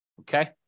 Okay